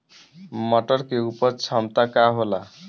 मटर के उपज क्षमता का होला?